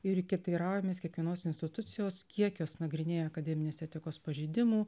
ir teiraujamės kiekvienos institucijos kiek jos nagrinėjo akademinės etikos pažeidimų